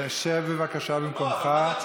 תשב בבקשה במקומך.